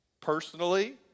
personally